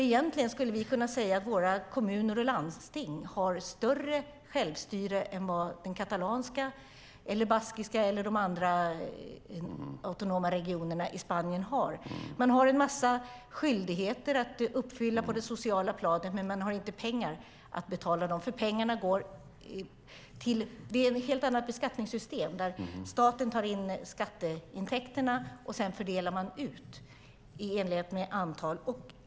Egentligen skulle vi kunna säga att våra kommuner och landsting har större självstyre än vad den katalanska, baskiska eller de andra autonoma regionerna i Spanien har. Man har en massa skyldigheter att uppfylla på det sociala planet, men man har inte pengar till att betala dem. Det är ett helt annat beskattningssystem. Staten tar in skatteintäkterna och fördelar dem efter befolkningsantal.